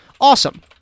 Awesome